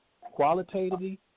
qualitatively